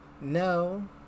No